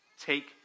take